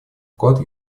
вклад